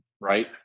right